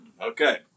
Okay